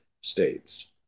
states